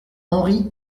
henri